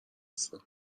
هستم